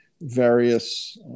various